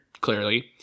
clearly